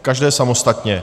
Každé samostatně.